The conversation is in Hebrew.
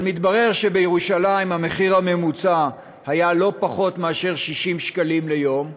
אבל מתברר שבירושלים המחיר הממוצע היה לא פחות מאשר 60 שקלים ליום,